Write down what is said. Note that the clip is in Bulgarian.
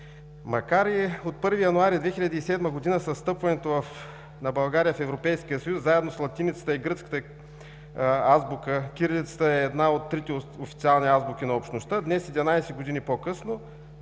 Макар и от 1 януари 2007 г. с встъпването на България в Европейския съюз, заедно с латиницата и гръцката азбука, кирилицата да е една от трите официални азбуки на Общността, днес, 11 години по-късно,